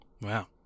Wow